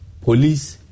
police